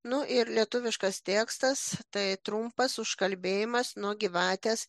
nu ir lietuviškas tekstas tai trumpas užkalbėjimas nuo gyvatės